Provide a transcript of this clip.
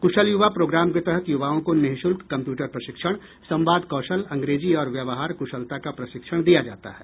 कुशल Yuva programme के तहत युवाओं को निशुल्क कंप्यूटर प्रशिक्षण संवाद कौशल अंग्रेजी और व्यवहार कुशलता का प्रशिक्षण दिया जाता है